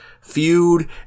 feud